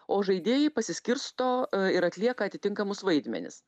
o žaidėjai pasiskirsto ir atlieka atitinkamus vaidmenis